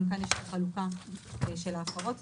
גם כאן יש חלופה של ההפרות.